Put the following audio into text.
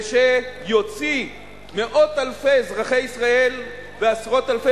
ושיוציא מאות אלפי אזרחי ישראל ועשרות אלפי